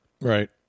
Right